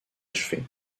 achevé